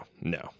no